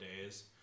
days